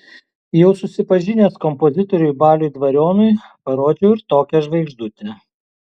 jau susipažinęs kompozitoriui baliui dvarionui parodžiau ir tokią žvaigždutę